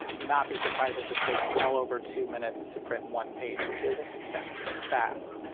not be surprised if this takes well over two minutes to print one page. which isn't exactly fast.